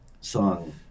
song